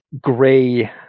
gray